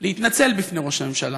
להתנצל בפני ראש הממשלה,